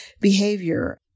behavior